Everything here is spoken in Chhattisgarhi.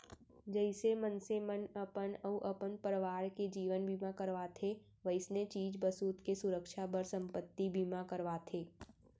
जइसे मनसे मन अपन अउ अपन परवार के जीवन बीमा करवाथें वइसने चीज बसूत के सुरक्छा बर संपत्ति बीमा करवाथें